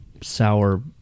sour